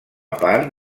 part